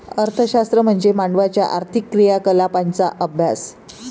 अर्थशास्त्र म्हणजे मानवाच्या आर्थिक क्रियाकलापांचा अभ्यास